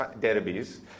Derbies